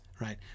right